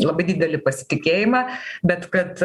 labai didelį pasitikėjimą bet kad